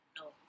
No